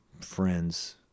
friend's